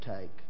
take